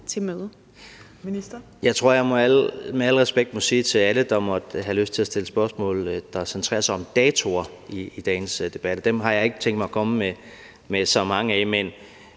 med al respekt må sige til alle, der i dagens debat måtte have lyst til at stille spørgsmål, der centrerer sig om datoer, at dem har jeg ikke tænkt mig at komme med så mange af.